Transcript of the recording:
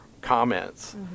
comments